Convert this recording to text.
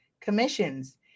commissions